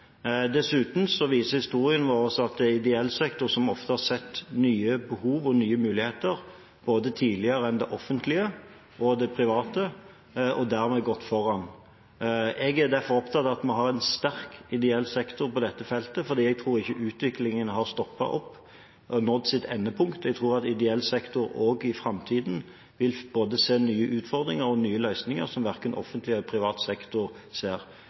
Dessuten viser historien vår at det er ideell sektor som ofte har sett nye behov og nye muligheter tidligere enn både det offentlige og de private og dermed gått foran. Jeg er derfor opptatt av at vi har en sterk ideell sektor på dette feltet, for jeg tror ikke utviklingen har stoppet opp eller nådd sitt endepunkt. Jeg tror at ideell sektor også i framtiden vil se både nye utfordringer og nye løsninger som verken offentlig eller privat sektor ser.